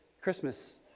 Christmas